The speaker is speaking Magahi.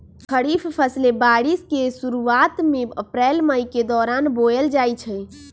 खरीफ फसलें बारिश के शुरूवात में अप्रैल मई के दौरान बोयल जाई छई